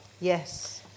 Yes